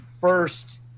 first